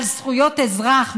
על זכויות אזרח,